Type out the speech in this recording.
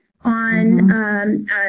on